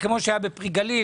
כך היה ב"פרי גליל",